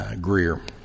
Greer